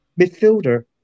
Midfielder